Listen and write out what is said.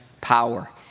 power